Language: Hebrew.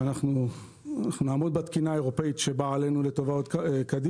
שאנחנו נעמוד בתקינה האירופאית שבאה עלינו לטובה בהמשך.